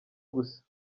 gusa